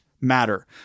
matter